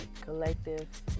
Collective